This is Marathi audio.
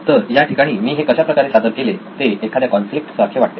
तर या ठिकाणी मी हे कशा प्रकारे सादर केले ते एखाद्या कॉन्फ्लिक्ट सारखे वाटते